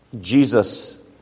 Jesus